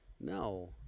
No